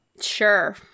Sure